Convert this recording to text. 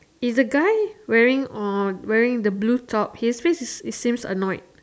is the guy wearing or wearing the blue top he says he seems annoyed